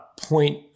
Point